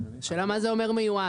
השאלה מה זה אומר מיועד.